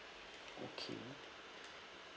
okay